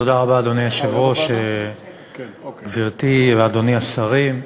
אדוני היושב-ראש, תודה רבה, גברתי ואדוני השרים,